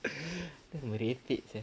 merepek sia